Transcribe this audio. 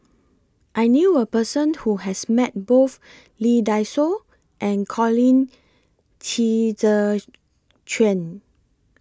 I knew A Person Who has Met Both Lee Dai Soh and Colin Qi Zhe Quan